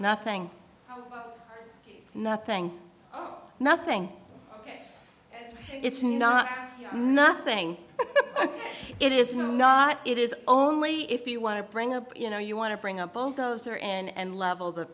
nothing nothing nothing it's not nothing it is not it is only if you want to bring up you know you want to bring a bulldozer and